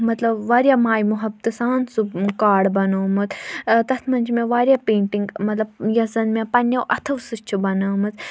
مطلب واریاہ ماے مُحبتہٕ سان سُہ کارڈ بَنومُت تَتھ منٛز چھِ مےٚ واریاہ پینٹِنٛگ مطلب یۄس زَن مےٚ پنٛنیو اَتھو سۭتۍ چھِ بَنٲومٕژ